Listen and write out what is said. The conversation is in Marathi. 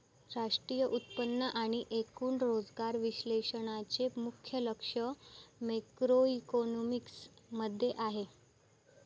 राष्ट्रीय उत्पन्न आणि एकूण रोजगार विश्लेषणाचे मुख्य लक्ष मॅक्रोइकॉनॉमिक्स मध्ये आहे